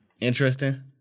interesting